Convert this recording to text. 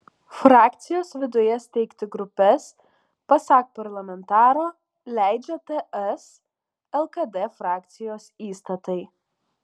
frakcijos viduje steigti grupes pasak parlamentaro leidžia ts lkd frakcijos įstatai